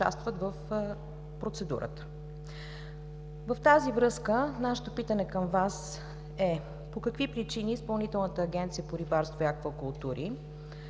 да участват в процедурата. В тази връзка нашето питате към Вас е: по какви причини Изпълнителната агенция по рибарство и аквакултури